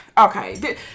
Okay